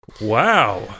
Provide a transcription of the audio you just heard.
wow